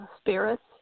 spirits